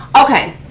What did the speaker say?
Okay